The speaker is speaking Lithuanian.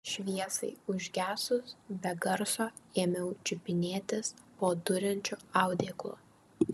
šviesai užgesus be garso ėmiau čiupinėtis po duriančiu audeklu